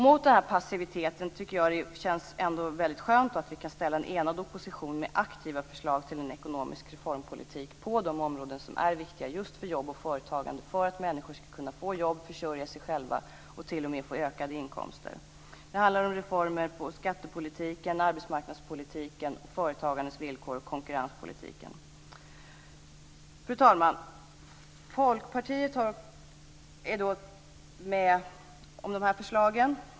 Mot denna passivitet tycker jag ändå att det känns väldigt skönt att vi kan ställa en enad opposition med aktiva förslag till en ekonomisk reformpolitik på de områden som är viktiga just för jobb och företagande för att människor ska kunna få jobb, försörja sig själva och t.o.m. få ökade inkomster. Det handlar om reformer på skattepolitikens, arbetsmarknadspolitikens och konkurrenspolitikens områden och på företagandets villkor. Fru talman! Folkpartiet är med om de här förslagen.